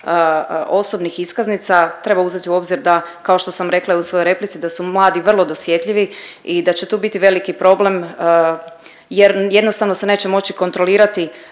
osobnih iskaznica treba uzeti u obzir da, kao što sam rekla i u svojoj replici da su mladi vrlo dosjetljivi i da će tu biti veliki problem jer jednostavno se neće moći kontrolirati